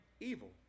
evil